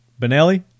Benelli